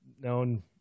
known